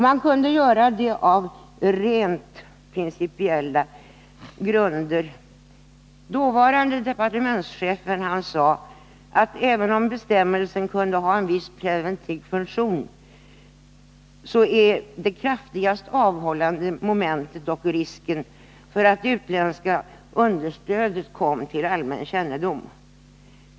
Man kunde göra detta på rent principiella grunder. Dåvarande departementschefen sade att även om bestämmelsen kunde ha en viss preventiv funktion, så var det kraftigast avhållande momentet dock risken för att det utländska understödet kom till allmän kännedom.